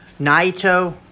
Naito